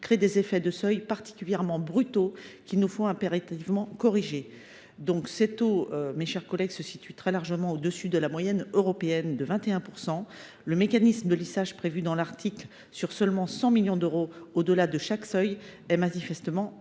créent des effets de seuil particulièrement brutaux, qu’il nous faut impérativement corriger. En effet, les taux d’application se situent très largement au dessus de la moyenne européenne de 21 %. Le mécanisme de lissage prévu dans l’article sur seulement 100 millions d’euros au delà de chaque seuil est manifestement insuffisant.